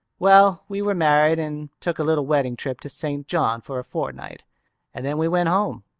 well, we were married and took a little wedding trip to st. john for a fortnight and then we went home.